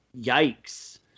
Yikes